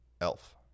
Elf